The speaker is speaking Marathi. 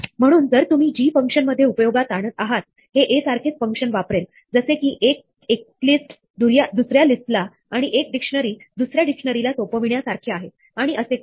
म्हणून जर तुम्ही g फंक्शन मध्ये उपयोगात आणत आहात हे a सारखेच फंक्शन वापरेल जसे की एक लिस्ट दुसऱ्या लिस्ट ला आणि एक डिक्शनरी दुसऱ्या डिक्शनरी ला सोपविण्या सारखे आहे आणि असे काही